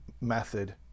method